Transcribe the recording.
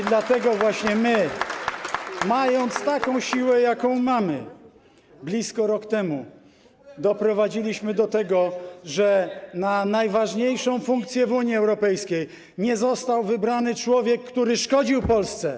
I dlatego właśnie my, mając taką siłę, jaką mamy, blisko rok temu doprowadziliśmy do tego, że na najważniejszą funkcję w Unii Europejskiej nie został wybrany człowiek, który szkodził Polsce.